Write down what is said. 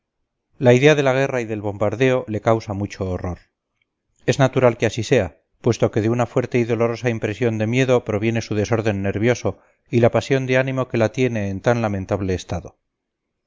la idea de la guerra y del bombardeo le causa mucho horror es natural que así sea puesto que de una fuerte y dolorosa impresión de miedo proviene su desorden nervioso y la pasión de ánimo que la tiene en tan lamentable estado